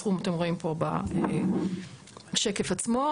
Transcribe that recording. הסכום, אתם רואים פה בשקף עצמו.